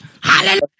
Hallelujah